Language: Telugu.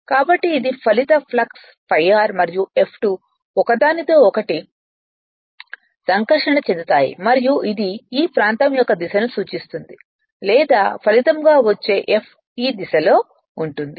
కాబట్టి ఇది ఫలిత ఫ్లక్స్ ∅r మరియు F2 ఒకదానితో ఒకటి సంకర్షణ చెందుతాయి మరియు ఇది ఈ ప్రాంతం యొక్క దిశను సూచిస్తుంది లేదా ఫలితంగా వచ్చే Fr ఈ దిశలో ఉంటుంది